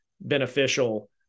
beneficial